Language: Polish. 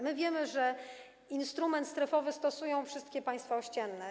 My wiemy, że instrument strefowy stosują wszystkie państwa ościenne.